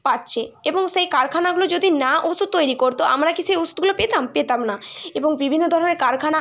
পাচ্ছে এবং সেই কারখানাগুলো যদি না ওষুধ তৈরি করত আমরা কি সেই ওষুধগুলো পেতাম পেতাম না এবং বিভিন্ন ধরনের কারখানা